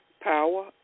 Power